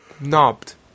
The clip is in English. knobbed